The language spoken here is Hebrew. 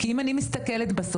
כי אם אני מסתכלת בסוף,